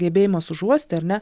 gebėjimas užuosti ar ne